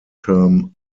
term